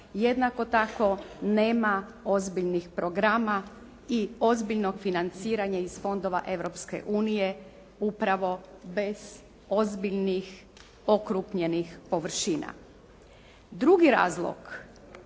Jednako tako, nema ozbiljnih programa i ozbiljnog financiranja iz fondova Europske unije upravo bez ozbiljnih okrupnjenih površina. Drugi razlog